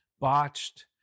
botched